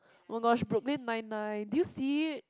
oh-my-gosh Brooklyn Nine Nine did you see it